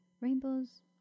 rainbows